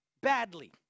badly